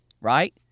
Right